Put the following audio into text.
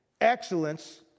excellence